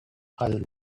fayoum